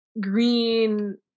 green